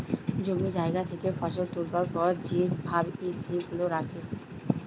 জমি জায়গা থেকে ফসল তুলবার পর যে ভাবে সেগুলা রাখে